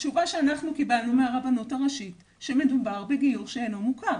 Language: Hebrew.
התשובה שאנחנו קיבלנו מהרבנות הראשית היא שמדובר בגיור שאינו מוכר.